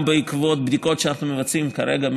גם בעקבות בדיקות שאנחנו מבצעים כרגע,